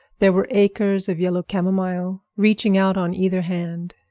there were acres of yellow camomile reaching out on either hand.